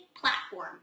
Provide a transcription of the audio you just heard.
platform